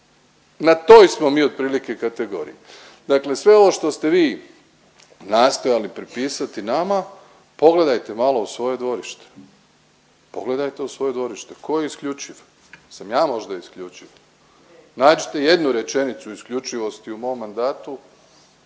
Na toj smo mi otprilike kategoriji. Dakle sve ovo što ste vi nastojali prepisati nama, pogledajte malo u svoje dvorište. Pogledajte u svoje dvorište. Tko je isključiv? Jesam ja možda isključiv? Nađite jednu rečenicu isključivosti u mom mandatu,